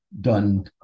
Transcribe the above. done